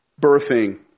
birthing